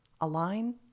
Align